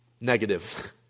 negative